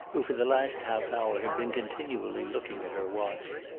who for the last half-hour had been continually looking at her watch.